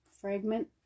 fragment